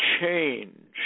change